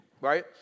right